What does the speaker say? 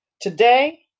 Today